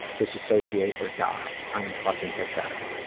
disassociate or die. i am fucking pathetic.